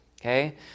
okay